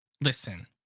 Listen